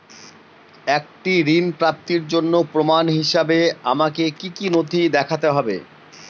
একটি ঋণ প্রাপ্তির জন্য প্রমাণ হিসাবে আমাকে কী কী নথি দেখাতে হবে?